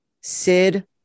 Sid